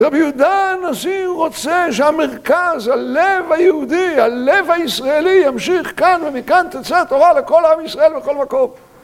רבי יהודה הנשיא הוא רוצה שהמרכז, הלב היהודי, הלב הישראלי ימשיך כאן ומכאן תצא תורה לכל עם ישראל בכל מקום.